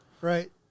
Right